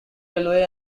railway